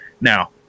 Now